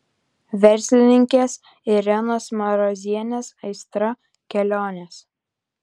verslininkės irenos marozienės aistra kelionės